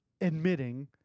admitting